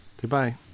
Goodbye